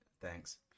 thanks